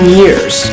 years